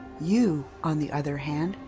you, on the other hand,